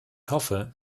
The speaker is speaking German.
hoffe